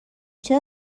چرا